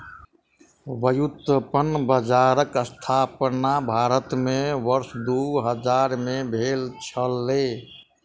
व्युत्पन्न बजारक स्थापना भारत में वर्ष दू हजार में भेल छलै